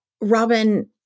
Robin